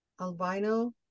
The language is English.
albino